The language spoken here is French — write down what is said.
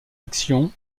actions